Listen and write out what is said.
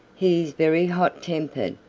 he is very hot-tempered,